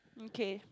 okay